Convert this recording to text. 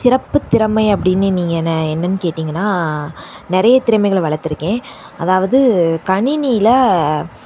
சிறப்புத்திறமை அப்படின்னு நீங்கள் என்ன என்னன்னு கேட்டீங்கனா நிறைய திறமைகளை வளத்திருக்கேன் அதாவது கணினியில்